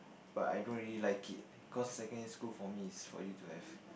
but I don't really like it cause secondary school for me is for you to have